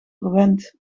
verwend